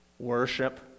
Worship